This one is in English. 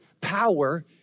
power